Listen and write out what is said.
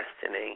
destiny